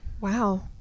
wow